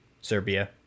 Serbia